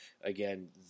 again